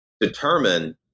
determine